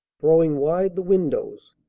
throwing wide the windows,